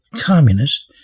Communist